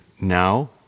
now